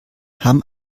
hamm